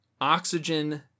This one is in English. oxygen